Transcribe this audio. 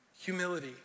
humility